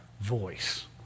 voice